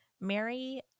Mary